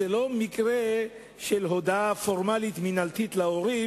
זה לא מקרה של הודעה פורמלית מינהלתית להורים